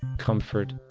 comfort,